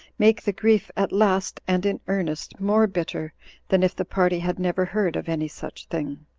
make the grief at last, and in earnest, more bitter than if the party had never heard of any such thing.